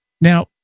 Now